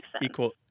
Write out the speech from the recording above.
equal